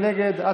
מי נגד?